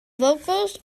vocals